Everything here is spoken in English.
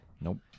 Nope